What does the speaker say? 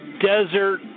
desert